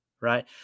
right